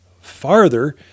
farther